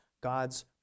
God's